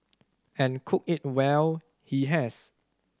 and cook it well he has